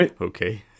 okay